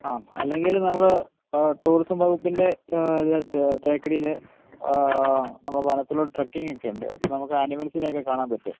ആ അല്ലെങ്കില് നമ്മള് ടൂറിസം വകുപ്പിൻ്റെ ഇത് തേക്കടിയില് നമ്മള് വനത്തിലോട്ട് ട്രക്കിങ്ങൊക്കെയുണ്ട് അപ്പോള് നമുക്ക് അനിമൽസിനെയൊക്കെ കാണാൻ പറ്റും